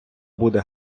буде